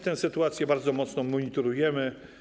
Tę sytuację bardzo mocno monitorujemy.